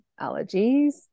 allergies